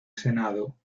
senado